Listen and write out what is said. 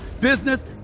business